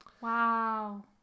Wow